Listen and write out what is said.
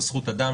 זו זכות אדם,